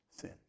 sin